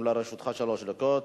גם לרשותך שלוש דקות.